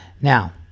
Now